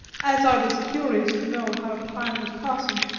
as i was curious to know how time was passing,